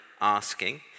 asking